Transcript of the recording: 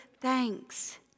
thanks